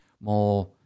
more